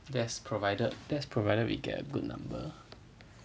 that's provided that's provided we get a good number